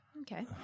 Okay